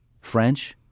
French